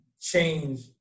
change